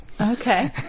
Okay